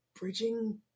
Bridging